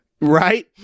Right